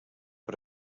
per